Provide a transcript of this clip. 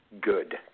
good